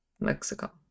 Mexico